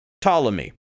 Ptolemy